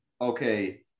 okay